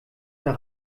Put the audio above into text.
der